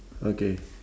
okay